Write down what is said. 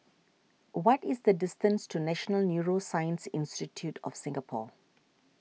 what is the distance to National Neuroscience Institute of Singapore